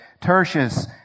Tertius